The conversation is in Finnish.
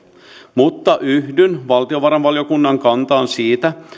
mutta yhdyn valtiovarainvaliokunnan kantaan siitä